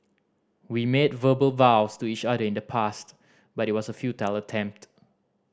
we made verbal vows to each other in the past but it was a futile attempt